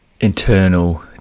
internal